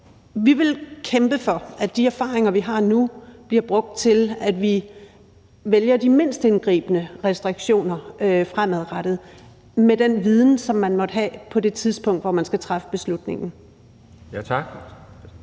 Vi vil kæmpe for, at de erfaringer, vi har gjort os nu, bliver brugt til, at vi vælger de mindst indgribende restriktioner fremadrettet, med den viden, som man måtte have på det tidspunkt, hvor man skal træffe beslutningen.